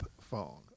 phone